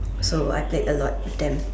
so I played a lot with them